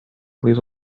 leaves